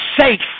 safe